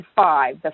five